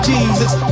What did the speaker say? Jesus